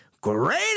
great